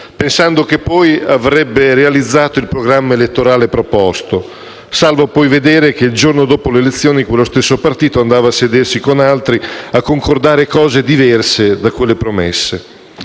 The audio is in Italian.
pensando che poi avrebbe realizzato il programma elettorale proposto, salvo poi vedere che il giorno dopo le elezioni quello stesso partito andava a sedersi con altri a concordare cose diverse da quelle promesse.